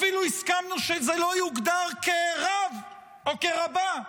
אפילו הסכמנו שזה לא יוגדר כרב או כרבה.